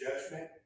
judgment